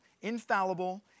infallible